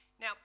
now